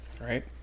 Right